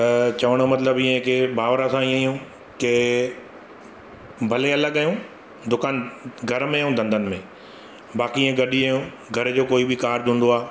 त चवण जो मतिलबु इहे की भाउर असां इएं आहियूं के भले अलॻि आहियूं दुकानु घर में ऐं धंदनि में बाक़ी इएं गॾ ई आहियूं घर जो कोई बि कार्जु हूंदो आहे